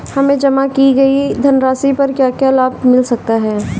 हमें जमा की गई धनराशि पर क्या क्या लाभ मिल सकता है?